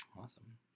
Awesome